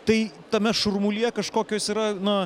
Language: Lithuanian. tai tame šurmulyje kažkokios yra na